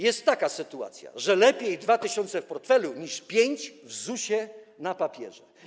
Jest taka sytuacja, że lepiej mieć 2 tys. w portfelu niż 5 w ZUS na papierze.